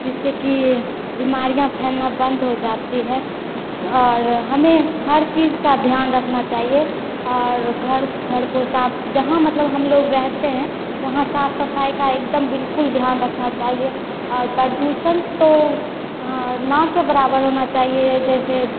जिससे की बीमारियाँ फैलना बन्द हो जाती है और हमें हर चीज का ध्यान रखना चाहिए और घर घर को साफ जहाँ मतलब हम लोग रहते हैं वहाँ साफ सफाई का एकदम बिल्कुल ध्यान रखना चाहिए और प्रदूषण वहाँ ना के बराबर होना चाहिए जैसे